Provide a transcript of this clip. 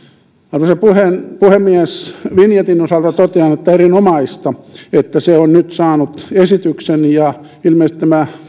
arvoisa puhemies vinjetin osalta totean että erinomaista että se on nyt saanut esityksen ja ilmeisesti tämä